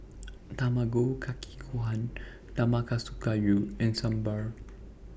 Tamago Kake Gohan Nanakusa Gayu and Sambar